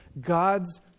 God's